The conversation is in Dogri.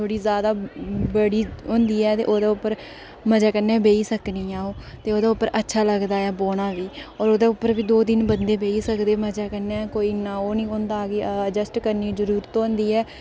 थोह्ड़ी जादै बड्डी होंदी ऐ ते ओह्दे उप्पर मज़े कन्नै बेही सकनी आं अं'ऊ ते ओह्दे उप्पर अच्छा लगदा ऐ बौह्ना बी ते ओह्दे उप्पर बी दौं त्रै बंदे बेही सकदे मज़े कन्नै कोई इन्ना ओह् निं होंदा की अडजस्ट करने दी जरूरत होंदी ऐ